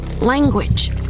language